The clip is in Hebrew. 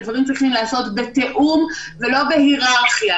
הדברים צריכים להיעשות בתיאום ולא בהיררכיה.